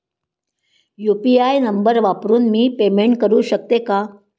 UPI number वापरून मी payment करू शकते का?